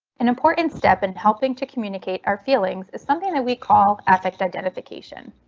an important step in helping to communicate our feelings is something that we call affect identification.